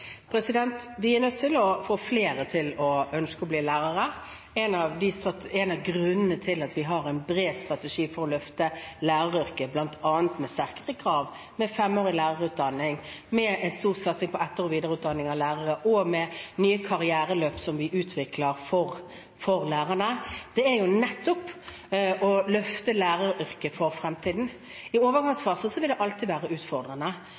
Vi er nødt til å få flere til å ønske å bli lærere. En av grunnene til at vi har en bred strategi for å løfte læreryrket – med bl.a. strengere krav, femårig lærerutdanning, en stor satsing på etter- og videreutdanning av lærere og nye karriereløp som vi utvikler for lærerne – er nettopp å løfte læreryrket for fremtiden. I en overgangsfase vil det alltid